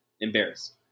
embarrassed